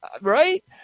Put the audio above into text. Right